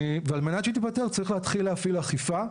על מנת שהיא תיפתר צריך להתחיל להפעיל אכיפה.